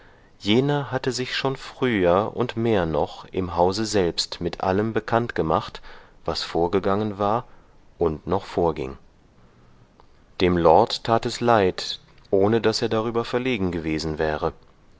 jener hatte sich schon früher und mehr noch im hause selbst mit allem bekannt gemacht was vorgegangen war und noch vorging dem lord tat es leid ohne daß er darüber verlegen gewesen wäre